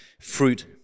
fruit